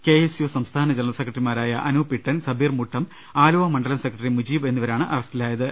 KS U സംസ്ഥാന general സെക്രട്ടറിമാരായ അ്നൂപ് ഇട്ടൻ സബീർ മുട്ടം ആലുവ മണ്ഡലം സെക്രട്ടറി മുജീബ് എന്നിവരാണ് അറസ്റ്റിലായത്